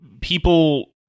people